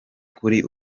kuri